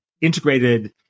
integrated